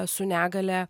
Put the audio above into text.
su negalia